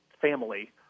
family